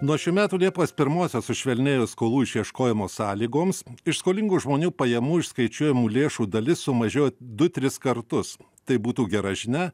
nuo šių metų liepos pirmosios sušvelnėjus skolų išieškojimo sąlygoms iš skolingų žmonių pajamų išskaičiuojamų lėšų dalis sumažėjo du tris kartus tai būtų gera žinia